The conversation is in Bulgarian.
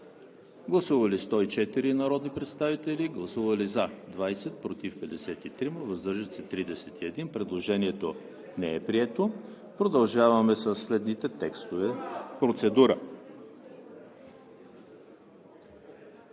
Гласували 104 народни представители: за 20, против 53, въздържали се 31. Предложението не е прието. Продължаваме със следните текстове.